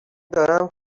دارم